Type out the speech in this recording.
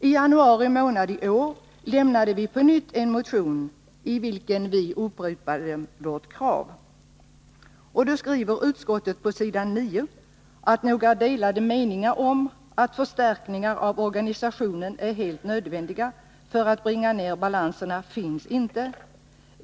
I januari månad i år lämnade vi på nytt en motion, i vilken vi upprepade vårt krav. I år skriver utskottet på s. 9-10:”Några delade meningar om att förstärkningar av organisationen är helt nödvändiga för att bringa ner balanserna finns inte.